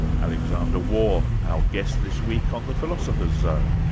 alexander waugh, our guest this week on the philosopher's zone.